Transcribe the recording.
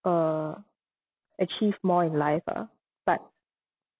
uh achieve more in life ah but